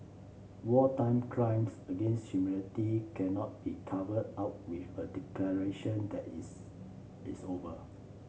wartime crimes against humanity cannot be covered up with a declaration that it's it's over